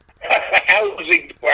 housing